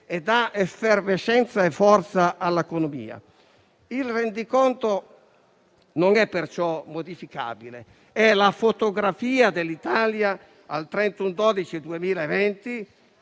e dà effervescenza e forza all'economia. Il rendiconto non è perciò modificabile ed è la fotografia dell'Italia al 31